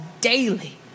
daily